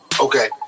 Okay